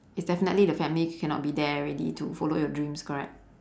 it's definitely the family cannot be there already to follow your dreams correct